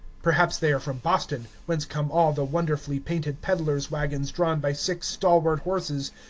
perhaps they are from boston, whence come all the wonderfully painted peddlers' wagons drawn by six stalwart horses,